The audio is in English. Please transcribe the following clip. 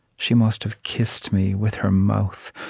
she must have kissed me with her mouth,